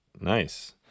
Nice